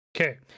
okay